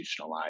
institutionalize